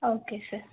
okay sir